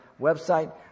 website